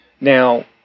Now